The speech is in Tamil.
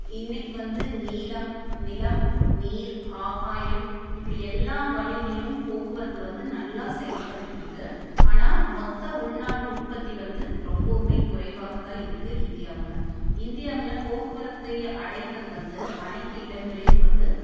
இன்றைக்கி வந்து நீளம் நிலம் நீர் ஆகாயம் இப்படி எல்லாம் வழியிலேயும் போக்குவரத்து வந்து நல்லா செயல்பட்டுட்டு இருக்குது ஆனால் மொத்த உள்நாட்டு உற்பத்தி வந்து ரொம்பவும் குறைவாகத்தான் இருக்குது இந்தியாவில் இந்தியாவில் போக்குவரத்தை அடைவது வந்து அனைத்து இடங்களிலும் வந்து